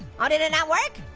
oh, did it not work?